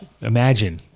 imagine